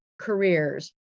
careers